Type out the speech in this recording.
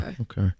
Okay